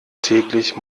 täglich